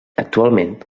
actualment